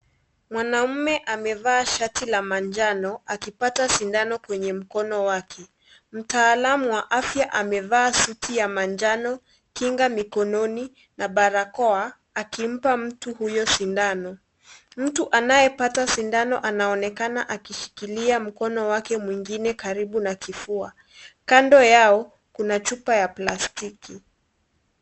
Mwanaume amevaa shati la manjano, akipata sindano kwenye mkono wake. Mtaalamu wa afya amevaa suti ya manjano, kinga mikononi na balakoa. Akimpa mtu huyo sindano. Mtu anayepata sindano anaonekana akishikilia mkono wake mwingine karibu na kifua. Kando yao, kuna chupa ya plasitki.